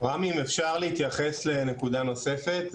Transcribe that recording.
רם, אם אפשר, להתייחס לנקודה נוספת.